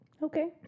Okay